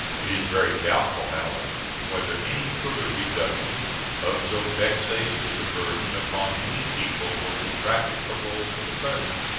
it is very doubtful, however, whether any further reduction of so vexatious a burden upon any people will be practicable for the present.